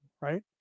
right